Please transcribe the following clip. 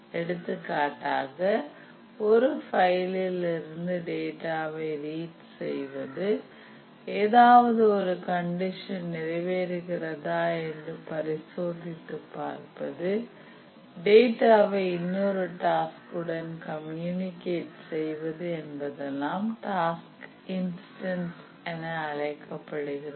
எடுத்துக்காட்டாக ஒரு பைலிலிருந்து டேட்டாவை ரீட் செய்வது ஏதாவது ஒரு கண்டிஷன் நிறைவேறுகிறதா என்று பரிசோதித்துப் பார்ப்பது டேட்டாவை இன்னொருடன் டாஸ்க் உடன் கம்யூனிகேட் செய்வது என்பதெல்லாம் டாஸ்க் இன்ஸ்டன்ஸ் என அழைக்கப்படுகிறது